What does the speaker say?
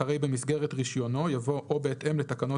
אחרי "במסגרת רישיונו" יבוא "או בהתאם לתקנות